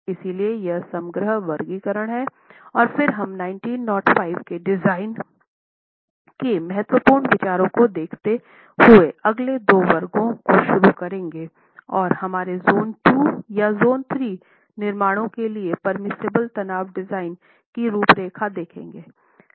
इसलिए यह समग्र वर्गीकरण है और फिर हम 1905 के डिजाइन के महत्वपूर्ण विचारों को देखते हुए अगले दो वर्गों को शुरू करेंगे और हमारे जोन II या जोन III निर्माणों के लिए परमिसिबल तनाव डिजाइन की रूपरेखा देखेंगे